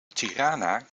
tirana